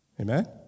Amen